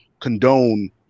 condone